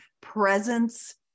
presence